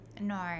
No